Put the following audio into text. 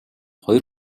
хоёр